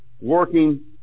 working